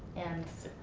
and,